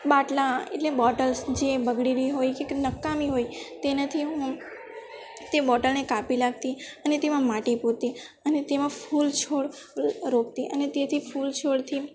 બાટલા એટલે બોટલ્સ જે બગડેલી હોય કે કે નકામી હોય તેનાથી હું તે બોટલને કાપી લાગતી અને તેમાં માટી પૂરતી અને તેમાં ફૂલ છોડ રોપતી અને તેથી ફૂલ છોડથી